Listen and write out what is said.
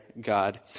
God